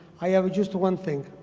i have just one thing.